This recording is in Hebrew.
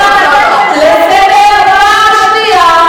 קוראת אותך לסדר פעם שנייה.